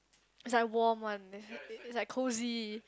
it's like warm one it's it's like cosy